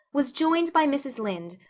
was joined by mrs. lynde,